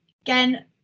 Again